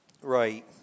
Right